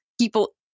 people